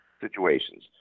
situations